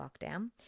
lockdown